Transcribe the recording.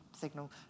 signal